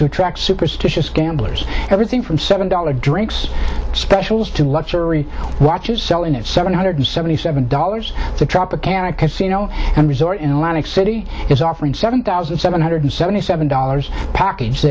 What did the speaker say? to attract superstitious gamblers everything from seven dollar drinks specials to luxury watch is selling at seven hundred seventy seven dollars the tropicana casino resort in atlantic city is offering seven thousand seven hundred seventy seven dollars package